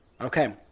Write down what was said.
Okay